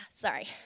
Sorry